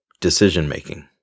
decision-making